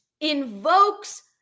invokes